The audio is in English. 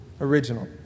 original